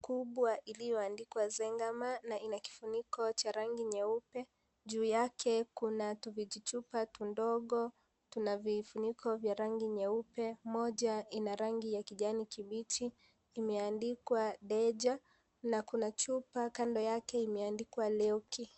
Chupa kubwa iliyoandikwa nzengamer na ina kifuniko cha rangi nyeupe. Juu yake kuna tuchupa tudogo tuna vifuniko vya rangi nyeupe, moja kina rangi ya kijani kibichi imeandikwa Deja na chupa kando yake imeandikwa Leoki.